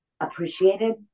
appreciated